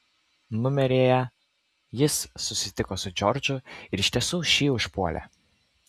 numeryje jis susitiko su džordžu ir iš tiesų šį užpuolė